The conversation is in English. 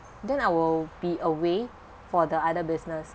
then I will be away for the other business